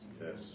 Yes